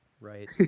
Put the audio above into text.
right